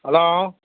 hello